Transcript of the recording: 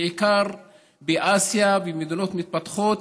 בעיקר באסיה ובמדינות מתפתחות,